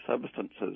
substances